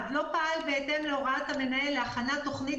בהתאם להוראת המנהל להכנת25,000 תכנית